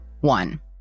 one